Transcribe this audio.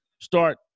start